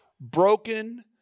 Broken